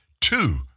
two